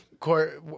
Court